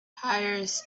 hires